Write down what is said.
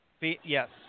Yes